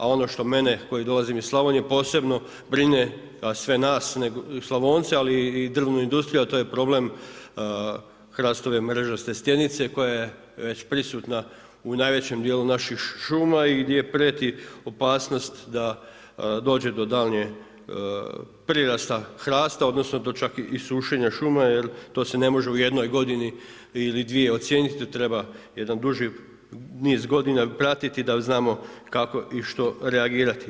A ono što mene koji dolazim iz Slavonije posebno brine, a sve nas Slavonce ali i drvnu industriju, a to je problem hrastove mrežaste stjenice koja je već prisutna u najvećem dijelu naših šuma i gdje prijeti opasnost da dođe do daljnje prirasta hrasta odnosno do čak i sušenja šume, jer to se ne može u jednoj godini ili dvije ocijeniti, to treba jedan duži niz godina pratiti da znamo kako i što reagirati.